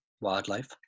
wildlife